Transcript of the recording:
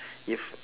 if